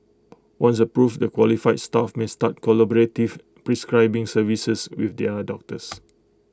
once approved the qualified staff may start collaborative prescribing services with the other doctors